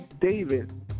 David